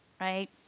right